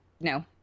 No